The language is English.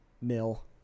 Mill